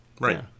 Right